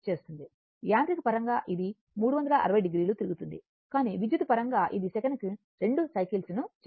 యాంత్రిక పరంగా ఇది 360 డిగ్రీలు తిరుగుతుంది కానీ విద్యుత్తు పరంగా అది సెకనుకు 2 సైకిల్స్ ను చేస్తుంది